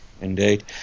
Indeed